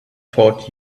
taught